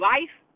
Life